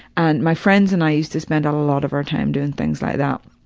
and my friends and i used to spend um a lot of our time doing things like that.